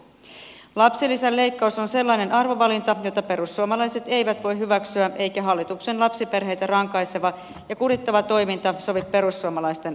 lapsilisän leikkaus on sellainen arvovalinta jota perussuomalaiset eivät voi hyväksyä eikä hallituksen lapsiperheitä rankaiseva ja kurittava toiminta sovi perussuomalaisten arvomaailmaan